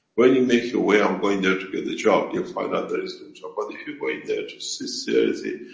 when you make your way, i'm going there to get a job, you'll find out there is no job, but if you're going there to see seriously,